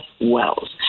Wells